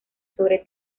sobre